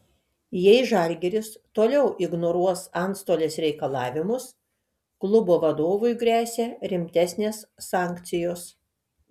jei žalgiris toliau ignoruos antstolės reikalavimus klubo vadovui gresia rimtesnės sankcijos